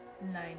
Nine